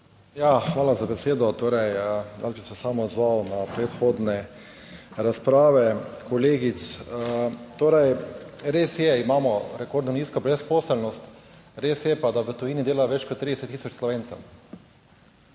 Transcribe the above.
Hvala za besedo. Jaz bi se samo odzval na predhodne razprave kolegic. Torej, res je, imamo rekordno nizko brezposelnost, res je pa, da v tujini dela več kot 30000 Slovencev.